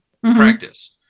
practice